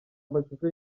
amashusho